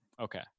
Okay